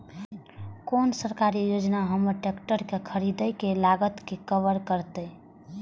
कोन सरकारी योजना हमर ट्रेकटर के खरीदय के लागत के कवर करतय?